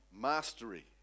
mastery